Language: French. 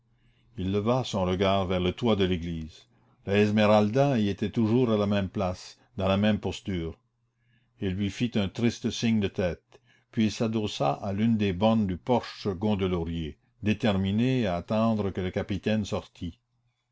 il leva son regard vers le toit de l'église la esmeralda y était toujours à la même place dans la même posture il lui fit un triste signe de tête puis il s'adossa à l'une des bornes du porche gondelaurier déterminé à attendre que le capitaine sortît